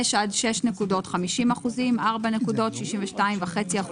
5 עד 6 נקודות 50%. 4 נקודות 62.5%,